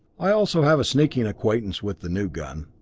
i also have a sneaking acquaintance with the new gun,